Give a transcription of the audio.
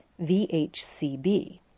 VHCB